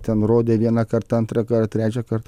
ten rodė vienąkart antrąkart trečiąkart